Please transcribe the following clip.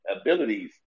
abilities